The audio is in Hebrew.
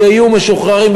שיהיו משוחררים,